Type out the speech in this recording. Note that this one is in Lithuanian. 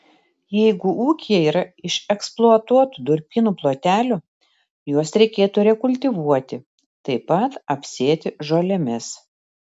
jeigu ūkyje yra išeksploatuotų durpynų plotelių juos reikėtų rekultivuoti taip pat apsėti žolėmis